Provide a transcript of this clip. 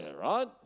right